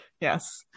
Yes